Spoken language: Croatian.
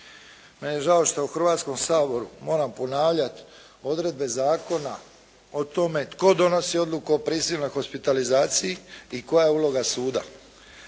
Meni je žao što u Hrvatskom saboru moram ponavljati odredbe zakona o tome tko donosi odluku o prisilnoj hospitalizaciji i koja je uloga suda.